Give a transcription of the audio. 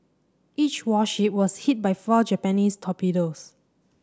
each warship was hit by four Japanese torpedoes